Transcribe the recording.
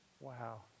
Wow